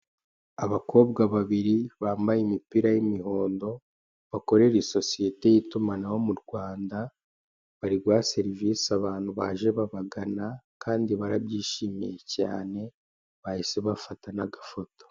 Abakobwa babiri bambaye imipira y'imihondo bakorera isosiyete y'itumanaho mu Rwanda bari guha serivise abantu baje babagana kandi barabyishimiye cyane bahise bafata n'agafoto.